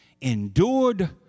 endured